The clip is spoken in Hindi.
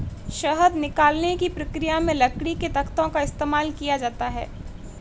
शहद निकालने की प्रक्रिया में लकड़ी के तख्तों का इस्तेमाल किया जाता है